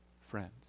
friends